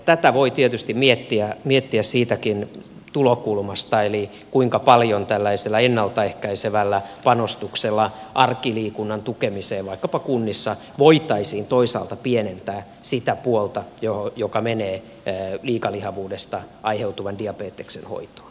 tätä voi tietysti miettiä siitäkin tulokulmasta kuinka paljon tällaisella ennalta ehkäisevällä panostuksella arkiliikunnan tukemiseen vaikkapa kunnissa voitaisiin toisaalta pienentää sitä puolta joka menee liikalihavuudesta aiheutuvan diabeteksen hoitoon